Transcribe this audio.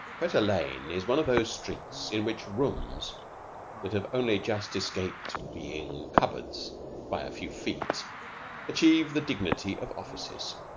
fetter lane is one of those streets in which rooms that have only just escaped being cupboards by a few feet achieve the dignity of offices.